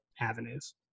avenues